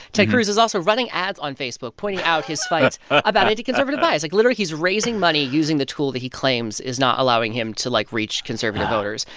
ted cruz is also running ads on facebook pointing out his fight. about anti-conservative bias. like, literally, he's raising money using the tool that he claims is not allowing him to, like, reach conservative voters.